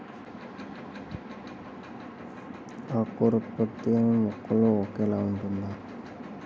అంకురోత్పత్తి అన్నీ మొక్కలో ఒకేలా ఉంటుందా?